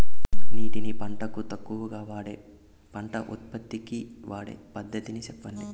నీటిని పంటలకు తక్కువగా వాడే పంట ఉత్పత్తికి వాడే పద్ధతిని సెప్పండి?